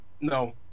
No